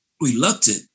reluctant